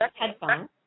headphones